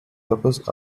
peppers